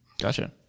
Gotcha